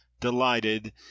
delighted